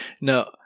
no